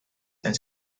and